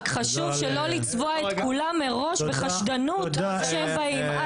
רק חשוב שלא לצבוע את כולם מראש בחשדנות כשהם באים.